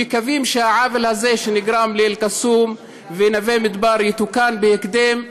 אנו מקווים שהעוול הזה שנגרם לאל-קסום ולנווה מדבר יתוקן בהקדם,